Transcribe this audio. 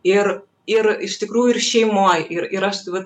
ir ir iš tikrųjų ir šeimoj ir ir aš vat